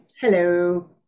Hello